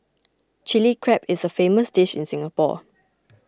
Chilli Crab is a famous dish in Singapore